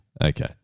Okay